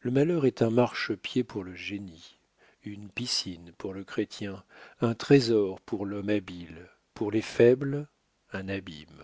le malheur est un marche-pied pour le génie une piscine pour le chrétien un trésor pour l'homme habile pour les faibles un abîme